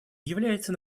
является